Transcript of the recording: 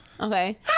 Okay